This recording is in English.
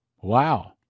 Wow